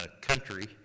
country